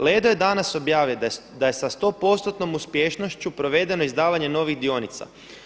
Ledo je danas objavio da je sa 100%-tnom uspješnošću provedeno izdavanje novih dionica.